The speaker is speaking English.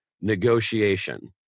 negotiation